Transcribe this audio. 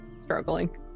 struggling